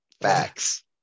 Facts